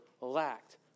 lacked